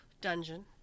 dungeon